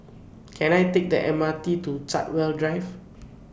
Can I Take The M R T to Chartwell Drive